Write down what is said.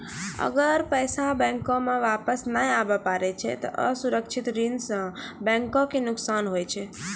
अगर पैसा बैंको मे वापस नै आबे पारै छै ते असुरक्षित ऋण सं बैंको के नुकसान हुवै छै